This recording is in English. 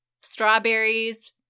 strawberries